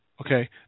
okay